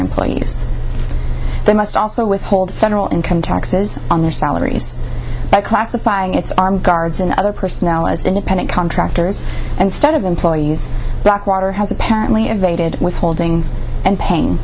employees they must also withhold federal income taxes on their salaries by classifying its armed guards and other personnel as independent contractors and stead of employees blackwater has apparently evaded withholding and paying